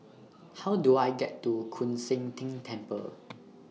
How Do I get to Koon Seng Ting Temple